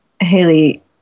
Hayley